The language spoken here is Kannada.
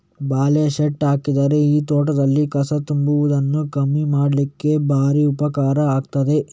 ಬಲೆ ಶೀಟ್ ಹಾಕಿದ್ರೆ ಈ ತೋಟದಲ್ಲಿ ಕಸ ತುಂಬುವುದನ್ನ ಕಮ್ಮಿ ಮಾಡ್ಲಿಕ್ಕೆ ಭಾರಿ ಉಪಕಾರ ಆಗ್ತದೆ